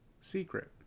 secret